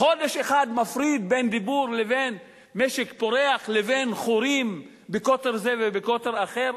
חודש אחד מפריד בין דיבור על משק פורח לבין חורים בקוטר זה ובקוטר אחר.